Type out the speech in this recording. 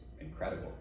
incredible